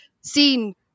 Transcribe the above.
seen